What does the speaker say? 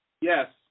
Yes